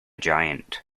giant